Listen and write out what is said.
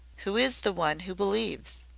who is the one who believes?